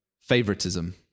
favoritism